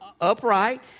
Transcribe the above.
upright